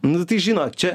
nu tai žinot čia